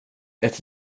ett